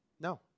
No